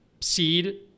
seed